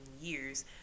years